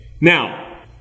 Now